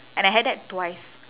and I had that twice